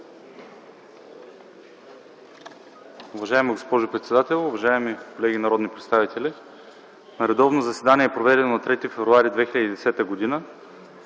Уважаема госпожо председател, уважаеми колеги народни представители! „На заседанието, проведено на 3 февруари 2010 г.,